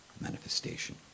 manifestation